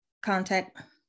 contact